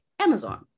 Amazon